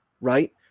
right